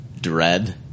Dread